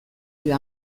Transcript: dio